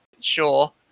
sure